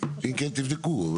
אם כן תבדקו.